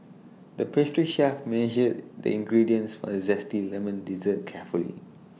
the pastry chef measured the ingredients for A Zesty Lemon Dessert carefully